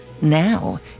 now